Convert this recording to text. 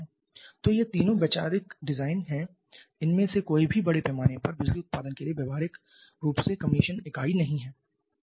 तो ये तीनों सभी वैचारिक डिजाइन हैं इनमें से कोई भी बड़े पैमाने पर बिजली उत्पादन के लिए व्यावहारिक रूप से कमीशन इकाई नहीं है